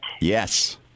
Yes